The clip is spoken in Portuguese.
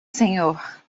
senhor